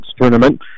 Tournament